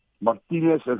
Martinez